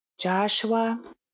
Joshua